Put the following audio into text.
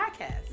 podcast